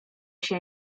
się